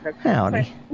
Howdy